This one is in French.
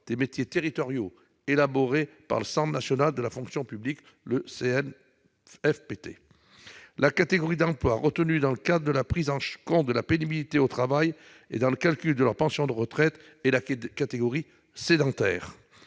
des métiers territoriaux élaboré par le Centre national de la fonction publique territoriale. La catégorie d'emploi retenue dans le cadre de la prise en compte de la pénibilité au travail et dans le calcul de leurs pensions de retraite est la catégorie sédentaire,